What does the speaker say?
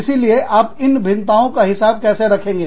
इसीलिए आप इन भिन्नताओं का हिसाब कैसे रखेंगे